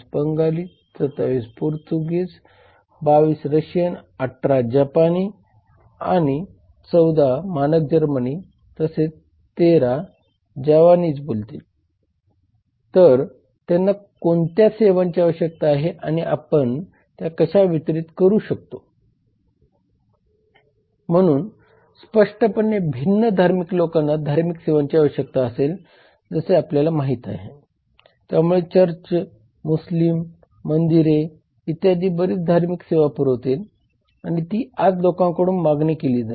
भारतात स्पर्धा अधिनियम 2002 अंतर्गत स्पर्धा आयोगाची स्थापना करण्यात आली आहे ज्यामुळे स्पर्धेला प्रोत्साहन आणि टिकवून ठेवता येईल आणि कायद्याद्वारे ग्राहकांचे हित जपता येईल